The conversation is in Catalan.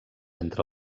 entre